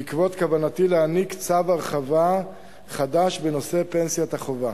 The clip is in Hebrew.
בעקבות כוונתי להעניק צו הרחבה חדש בנושא פנסיית החובה.